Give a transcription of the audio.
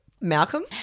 Malcolm